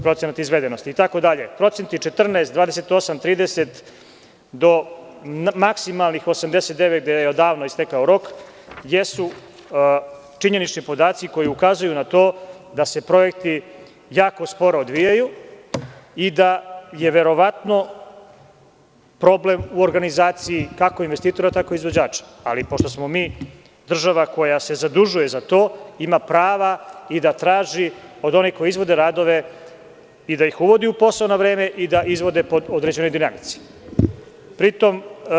Procenti 14, 28, 30 do maksimalnih 89 gde je odavno istekao rok jesu činjenični podaci koji ukazuju na to da se projekti jako sporo odvijaju i da je verovatno problem u organizaciji kako investitora tako i izvođača, ali pošto smo mi država koja se zadužuje za to, imamo prava i da tražimo od onih koji izvode radove i da ih uvodi u posao na vreme i da izvode pod određenim uslovima.